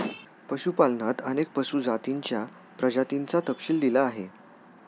पशुपालनात अनेक पशु जातींच्या प्रजातींचा तपशील दिला आहे